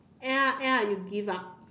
end up end up you give up